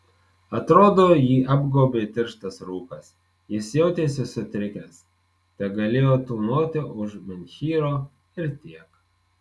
atrodo jį apgaubė tirštas rūkas jis jautėsi sutrikęs tegalėjo tūnoti už menhyro ir tiek